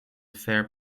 fair